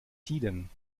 tiden